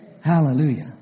Hallelujah